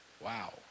wow